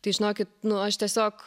tai žinokit nu aš tiesiog